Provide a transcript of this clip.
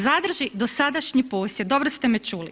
Zadrži dosadašnji posjed, dobro ste me čuli.